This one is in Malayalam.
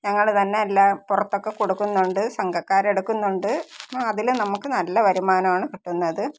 ഞങ്ങൾ തന്നെ എല്ലാം പുറത്തൊക്കെ കൊടുക്കുന്നുണ്ട് സംഘക്കാരെടുക്കുന്നുണ്ട് അതിൽ നമുക്ക് നല്ല വരുമാനമാണ് കിട്ടുന്നത്